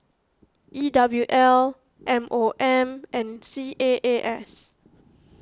E W L M O M and C A A S